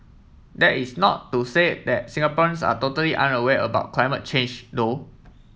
that is not to say that Singaporeans are totally unaware about climate change though